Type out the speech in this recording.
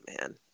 man